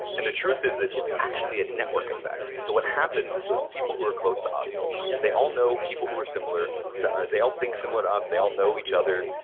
and the truth is that it's actually a network effect. so what happens is those people who are close to us they all know people who are similar to us. they all think similar to us. they all know each other.